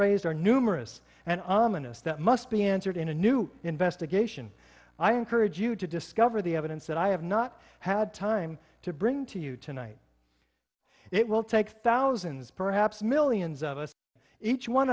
are numerous and ominous that must be answered in a new investigation i encourage you to discover the evidence that i have not had time to bring to you tonight it will take thousands perhaps millions of us each one